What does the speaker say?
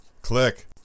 click